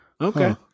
okay